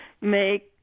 make